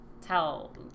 tell